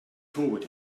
toward